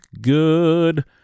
good